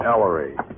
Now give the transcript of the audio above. Ellery